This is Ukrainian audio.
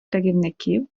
керівників